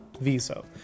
Viso